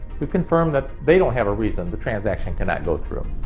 to confirm that they don't have a reason the transaction cannot go through.